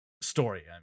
story